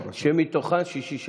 שמתוכן שישי ושבת.